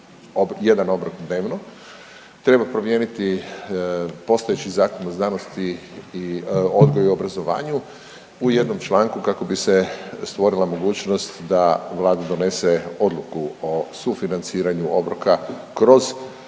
jedan obrok dnevno. Treba promijeniti postojeći Zakon o znanosti i odgoju i obrazovanju u jednom članku kako bi se stvorila mogućnost da Vlada donese odluku o sufinanciranju obroka kroz